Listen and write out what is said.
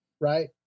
right